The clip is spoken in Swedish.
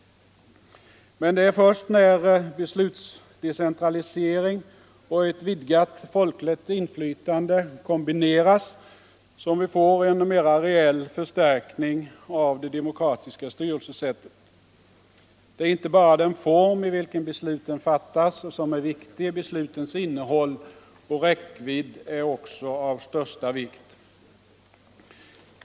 Men det är först när beslutsdecentralisering och ett vidgat folkligt inflytande kombineras som vi får en mera reell förstärkning av det demokratiska styrelsesättet. Det är inte bara den form i vilken besluten fattas som är viktigt; beslutens innehåll och räckvidd är också av största vikt.